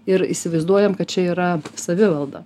ir įsivaizduojam kad čia yra savivalda